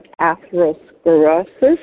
atherosclerosis